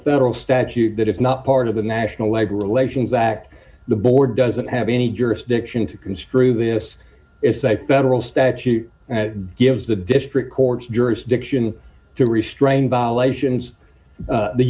federal statute that if not part of the national labor relations act the board doesn't have any jurisdiction to construe this it's a federal statute and gives the district court's jurisdiction to restrain violations